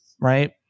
right